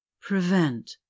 prevent